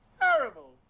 terrible